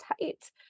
tight